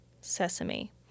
Sesame